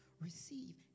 receive